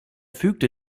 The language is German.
fügte